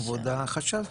כבוד החשב.